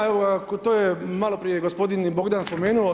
To je malo prije i gospodin Bogdan spomenuo.